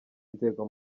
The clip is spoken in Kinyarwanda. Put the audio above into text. nzego